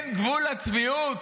אין גבול לצביעות?